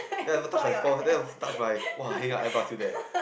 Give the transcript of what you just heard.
then I also touch my fore then I touch my !wah! heng ah eyebrow still there